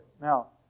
Now